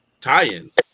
tie-ins